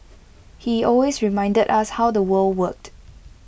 he always reminded us how the world worked